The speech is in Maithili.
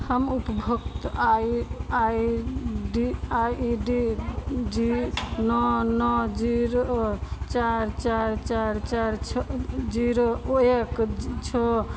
हम उपभोक्ता I I I E D G नओ नओ जीरो चार चार चार चार छओ जीरो ओ एक छओ